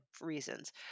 reasons